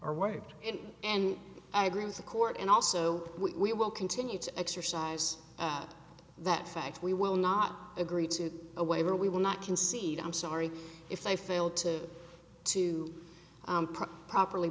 are waved in and i agree with the court and also we will continue to exercise that fact we will not agree to a waiver we will not concede i'm sorry if they fail to to properly